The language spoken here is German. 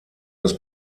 das